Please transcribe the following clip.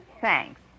Thanks